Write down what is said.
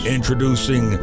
Introducing